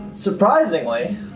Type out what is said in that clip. Surprisingly